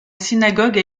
synagogue